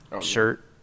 shirt